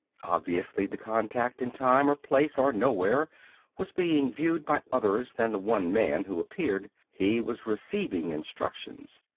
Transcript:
obviously the contact in time or place or nowhere was being viewed by others than the one man who appeared. he was receiving instructions.